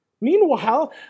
Meanwhile